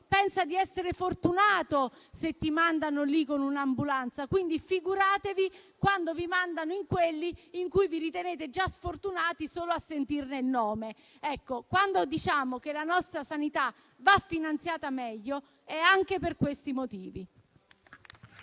pensa di essere fortunato se mandato lì con un'ambulanza. Quindi, figuratevi quando vi mandano in quelli in cui vi ritenete già sfortunati solo a sentirne il nome. Ecco, quando diciamo che la nostra sanità va finanziata meglio, è anche per questi motivi.